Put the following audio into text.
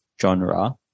genre